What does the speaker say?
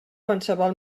qualsevol